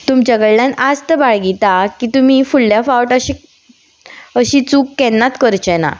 तुमचे कडल्यान आस्त बाळगिता की तुमी फुडल्या फावट अशी अशी चूक केन्नात करचे ना